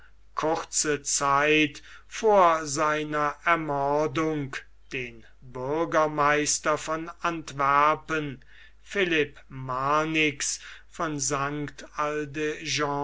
kurze zeit vor seiner ermordung den bürgermeister von antwerpen philipp marnix von st